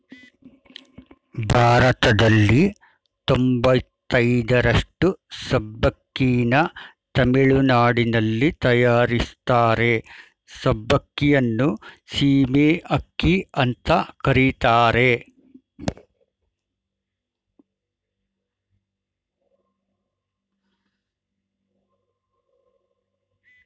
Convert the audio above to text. ಭಾರತದಲ್ಲಿ ತೊಂಬತಯ್ದರಷ್ಟು ಸಬ್ಬಕ್ಕಿನ ತಮಿಳುನಾಡಲ್ಲಿ ತಯಾರಿಸ್ತಾರೆ ಸಬ್ಬಕ್ಕಿಯನ್ನು ಸೀಮೆ ಅಕ್ಕಿ ಅಂತ ಕರೀತಾರೆ